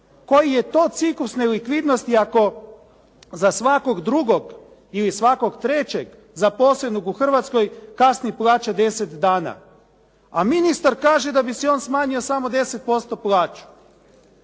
Koji je to ciklus nelikvidnosti ako za svakog drugog ili svakog trećeg zaposlenog u Hrvatskoj kasni plaća deset dana? A ministar kaže da bi si on smanjio samo 10% plaću.